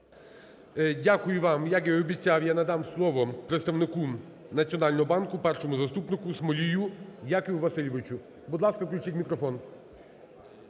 Дякую вам. Як і обіцяв, я надам слово представнику Національного банку, першому заступнику Смолію Якову Васильовичу. Будь ласка, включіть мікрофон.